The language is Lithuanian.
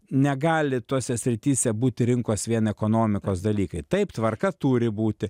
negali tose srityse būti rinkos vien ekonomikos dalykai taip tvarka turi būti